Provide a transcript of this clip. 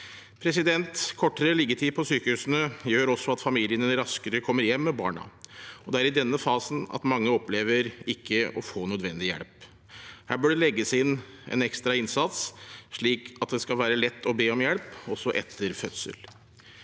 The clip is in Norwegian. nødvendig. Kortere liggetid på sykehusene gjør også at familiene raskere kommer hjem med barna, og det er i denne fasen mange opplever å ikke få nødvendig hjelp. Her bør det legges inn en ekstra innsats, slik at det skal være lett å be om hjelp, også etter fødsel.